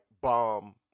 bomb